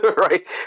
Right